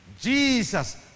Jesus